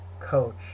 coach